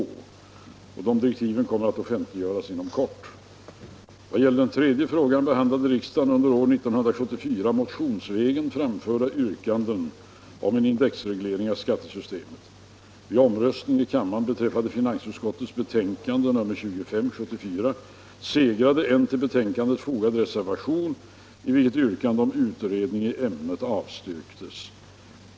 Direktiven kommer att offentliggöras inom kort. Vad sedan gäller den tredje frågan behandlade riksdagen under år 1974 motionsvägen framförda yrkanden om en indexreglering av skattesystemet. Vid omröstning i kammaren beträffande finansutskottets betänkande 1974:25 segrade en till betänkandet fogad reservation, i vilken yrkanden om utredning i ämnet avstyrktes.